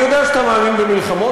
אני יודע שאתה מאמין במלחמות,